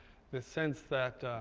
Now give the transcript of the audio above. the sense that,